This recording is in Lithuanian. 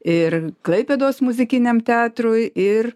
ir klaipėdos muzikiniam teatrui ir